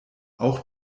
auch